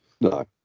no